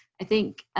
i think